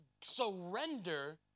surrender